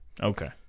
Okay